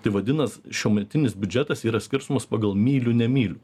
tai vadinas šiuometinis biudžetas yra skirstomos pagal myliu nemyliu